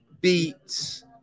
beats